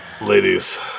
Ladies